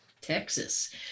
Texas